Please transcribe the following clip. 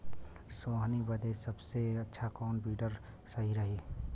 सोहनी बदे सबसे अच्छा कौन वीडर सही रही?